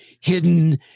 hidden